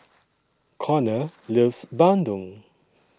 Conner loves Bandung